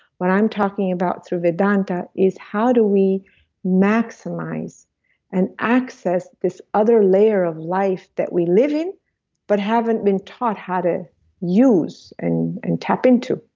what i'm talking about through vedanta is how do we maximize and access this other layer of life that we life in but haven't been taught how to use and and tap into